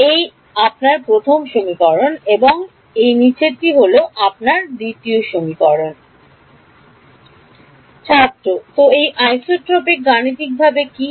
এটি আপনার প্রথম সমীকরণ এবং তারপরে দ্বিতীয় সমীকরণটি হল ছাত্র তো এই আইসোট্রপিক গাণিতিকভাবে কী